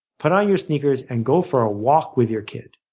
put on your sneakers and go for a walk with your kid.